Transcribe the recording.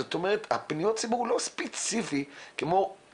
זאת אומרת פניות הציבור זה לא ספציפי כמו כל